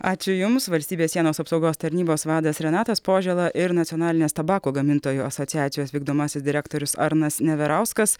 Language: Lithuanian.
ačiū jums valstybės sienos apsaugos tarnybos vadas renatas požėla ir nacionalinės tabako gamintojų asociacijos vykdomasis direktorius arnas neverauskas